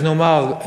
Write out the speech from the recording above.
איך נאמר,